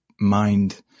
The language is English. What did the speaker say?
mind